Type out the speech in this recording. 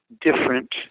different